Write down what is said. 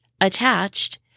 attached